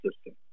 system